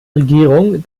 regierung